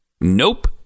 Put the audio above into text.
nope